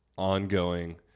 ongoing